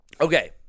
Okay